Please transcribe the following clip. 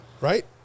right